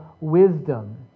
Wisdom